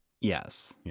Yes